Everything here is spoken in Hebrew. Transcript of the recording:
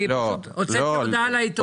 אני פשוט הוצאתי הודעה לעיתונות.